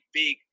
big